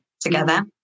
together